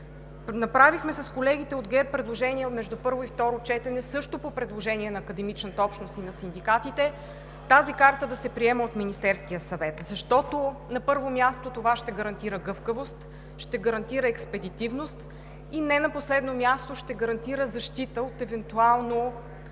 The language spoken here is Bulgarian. направихме предложение между първо и второ четене, също по предложение на академичната общност и на синдикатите, тази карта да се приема от Министерския съвет. Защото, на първо място, това ще гарантира гъвкавост, ще гарантира експедитивност и, не на последно място, ще гарантира евентуално